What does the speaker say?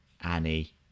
annie